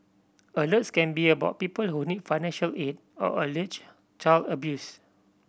alerts can be about people who need financial aid or alleged child abuse